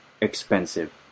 expensive